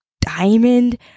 diamond